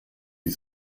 die